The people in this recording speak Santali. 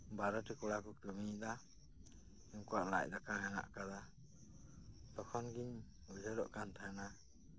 ᱵᱟᱨᱚᱴᱤ ᱠᱚᱲᱟ ᱠᱚ ᱠᱟᱢᱤᱭᱫᱟ ᱩᱝᱠᱩᱣᱟᱜ ᱞᱟᱡ ᱫᱟᱠᱟ ᱦᱮᱱᱟᱜ ᱠᱟᱫᱟ ᱛᱚᱠᱷᱚᱱ ᱜᱤᱧ ᱩᱭᱦᱟᱹᱨᱚᱜ ᱠᱟᱱ ᱛᱟᱦᱮᱸᱱᱟ